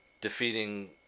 defeating